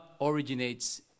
originates